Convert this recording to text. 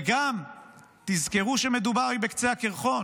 וגם תזכרו שמדובר בקצה הקרחון,